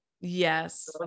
yes